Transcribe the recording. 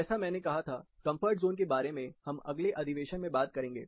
जैसा मैंने कहा था कंफर्ट जोन के बारे में हम अगले अधिवेशन में बात करेंगे